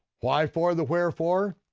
why for the wherefore?